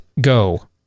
go